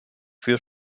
für